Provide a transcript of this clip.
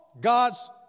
God's